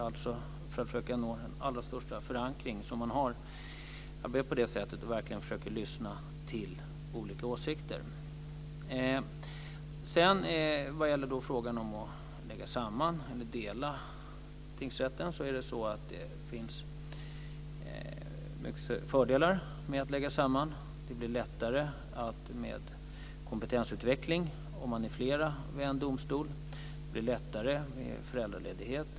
Man arbetar på det sättet och försöker verkligen att lyssna till olika åsikter för att försöka nå den allra största förankring. Det finns fördelar med att lägga samman tingsrätter. Det blir lättare med kompetensutveckling om man är fler vid en domstol. Det blir lättare att ta ut föräldraledighet.